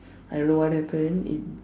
I don't know what happen it